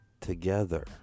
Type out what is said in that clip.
together